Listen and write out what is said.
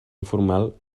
informal